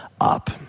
up